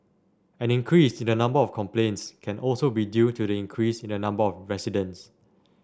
an increase in the number of complaints can also be due to the increase in the number of residents